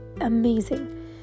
amazing